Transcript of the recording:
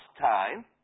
time